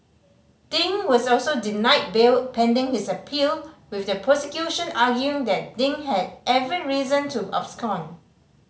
Ding was also denied bail pending his appeal with the prosecution arguing that Ding had every reason to abscond